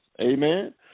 Amen